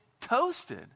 toasted